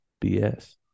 bs